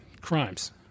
crimes